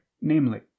namely